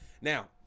now